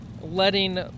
letting